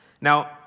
Now